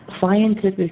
scientific